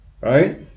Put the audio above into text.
Right